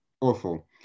awful